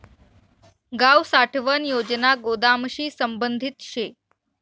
गाव साठवण योजना गोदामशी संबंधित शे